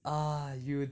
ah you